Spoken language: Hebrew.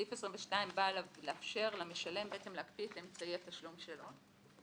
סעיף 22 בא לאפשר למשלם להקפיא את אמצעי תשלום שלו.